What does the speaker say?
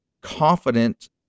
confident